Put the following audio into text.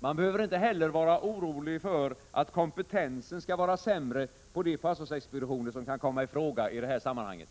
Man behöver inte heller vara orolig för att kompetensen skall vara sämre på de pastorsexpeditioner som kan komma i fråga i det här sammanhanget.